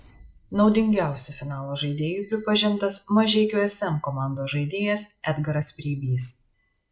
naudingiausiu finalo žaidėju pripažintas mažeikių sm komandos žaidėjas edgaras preibys